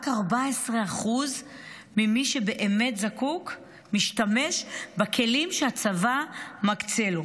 רק 14% ממי שבאמת זקוק משתמש בכלים שהצבא מקצה לו.